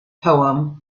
poem